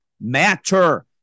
matter